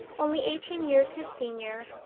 only eighteen years his senior,